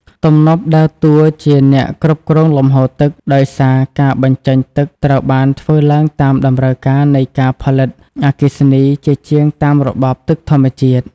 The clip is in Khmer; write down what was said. ទំនប់ដើរតួជាអ្នកគ្រប់គ្រងលំហូរទឹក ដោយសារការបញ្ចេញទឹកត្រូវបានធ្វើឡើងតាមតម្រូវការនៃការផលិតអគ្គិសនីជាជាងតាមរបបទឹកធម្មជាតិ។